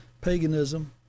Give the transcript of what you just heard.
Paganism